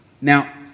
Now